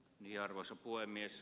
arvoisa puhemies